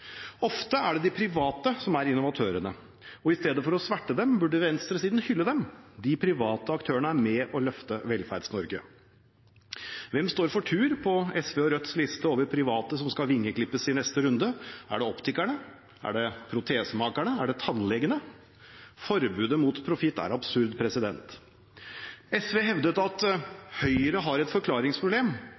Ofte er det de private som er innovatørene, og i stedet for å sverte dem burde venstresiden hylle dem. De private aktørene er med på å løfte Velferds-Norge. Hvem står for tur på SV og Rødts liste over private som skal vingeklippes i neste runde? Er det optikerne? Er det protesemakerne? Er det tannlegene? Forbudet mot profitt er absurd. SV hevdet at Høyre har et forklaringsproblem